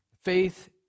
Faith